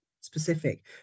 specific